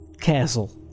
castle